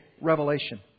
revelation